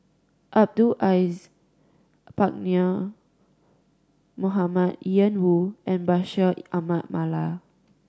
Abdul Aziz Pakkeer Mohamed Ian Woo and Bashir Ahmad Mallal